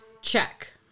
Check